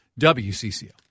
WCCO